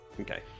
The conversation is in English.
Okay